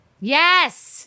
Yes